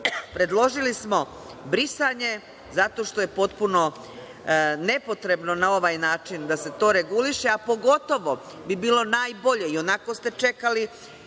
smo brisanje, zato što je potpuno nepotrebno na ovaj način da se to reguliše, a pogotovo bi bilo najbolje, ionako ste čekali